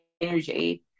energy